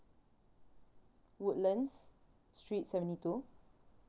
woodlands street seventy two